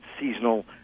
seasonal